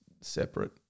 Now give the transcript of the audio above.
separate